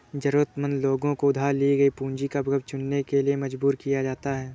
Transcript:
जरूरतमंद लोगों को उधार ली गई पूंजी का विकल्प चुनने के लिए मजबूर किया जाता है